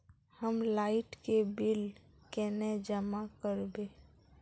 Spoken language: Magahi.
हम लाइट के बिल केना जमा करबे?